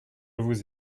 vous